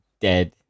dead